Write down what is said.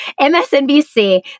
MSNBC